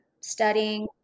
studying